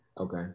Okay